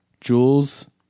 Jules